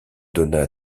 donna